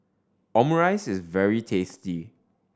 omurice is very tasty